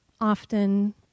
often